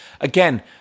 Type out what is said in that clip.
again